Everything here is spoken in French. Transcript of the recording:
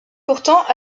pourtant